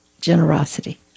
generosity